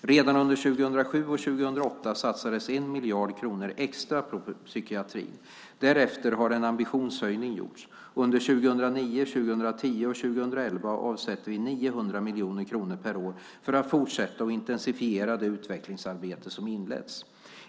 Redan under 2007 och 2008 satsades 1 miljard kronor extra på psykiatrin. Därefter har en ambitionshöjning gjorts. Under 2009, 2010 och 2011 avsätter vi 900 miljoner kronor per år för att fortsätta och intensifiera det utvecklingsarbete som inletts.